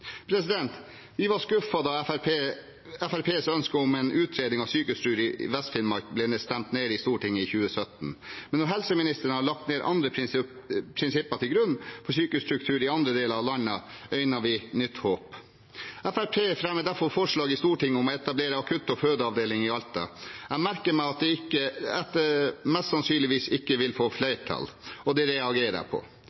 Vi var skuffet da Fremskrittspartiets ønske om en utredning av sykehusstruktur i Vest-Finnmark ble stemt ned i Stortinget i 2017, men når helseministeren har lagt andre prinsipper til grunn for sykehusstruktur i andre deler av landet, øyner vi nytt håp. Fremskrittspartiet fremmer derfor forslag i Stortinget om å etablere akutt- og fødeavdeling i Alta. Jeg merker meg at det mest sannsynlig ikke vil få